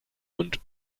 und